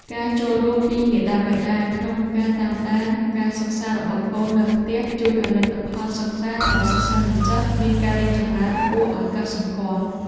ការចូលរួមពីមាតាបិតាក្នុងការតាមដានការសិក្សារបស់កូននៅផ្ទះជួយឱ្យលទ្ធផលសិក្សារបស់សិស្សានុសិស្សមានការរីកចម្រើនគួរឱ្យកត់សម្គាល់។